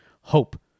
hope